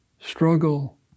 struggle